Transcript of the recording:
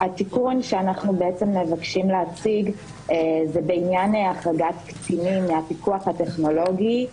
התיקון שאנחנו מבקשים להציג הוא בעניין החרגת קטינים מהפיקוח הטכנולוגי.